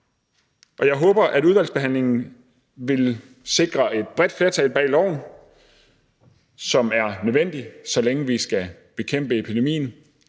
Jeg håber, at udvalgsbehandlingen vil sikre et bredt flertal bag loven, som er nødvendig, så længe vi skal bekæmpe epidemien,